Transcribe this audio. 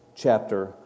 Chapter